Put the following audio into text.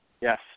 Yes